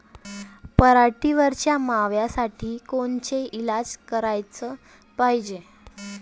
पराटीवरच्या माव्यासाठी कोनचे इलाज कराच पायजे?